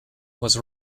was